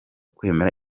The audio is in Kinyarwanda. kwemera